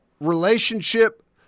relationship